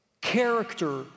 Character